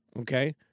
Okay